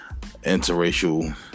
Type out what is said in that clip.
interracial